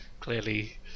clearly